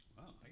Wow